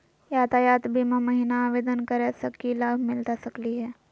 यातायात बीमा महिना आवेदन करै स की लाभ मिलता सकली हे?